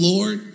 Lord